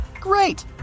Great